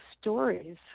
stories